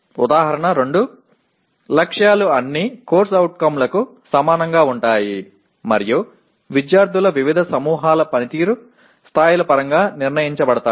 ఉదాహరణ 2 లక్ష్యాలు అన్ని CO లకు సమానంగా ఉంటాయి మరియు విద్యార్థుల వివిధ సమూహాల పనితీరు స్థాయిల పరంగా నిర్ణయించబడతాయి